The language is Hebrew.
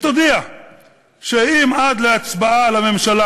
תודיע שאם עד להצבעה על הממשלה